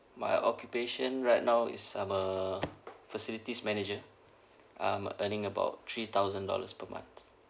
my occupation right now is I'm a facilities manager I'm earning about three thousand dollars per month